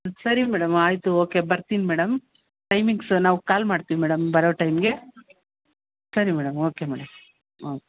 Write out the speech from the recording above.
ಸರಿ ಮೇಡಮ್ ಆಯಿತು ಒಕೆ ಬರ್ತೀನಿ ಮೇಡಮ್ ಟೈಮಿಂಗ್ಸ್ ನಾವು ಕಾಲ್ ಮಾಡ್ತಿವಿ ಮೇಡಮ್ ಬರೋ ಟೈಮ್ಗೆ ಸರಿ ಮೇಡಮ್ ಓಕೆ ಮೇಡಮ್ ಓಕೆ